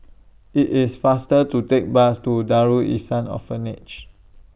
IT IS faster to Take The Bus to Darul Ihsan Orphanage